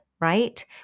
right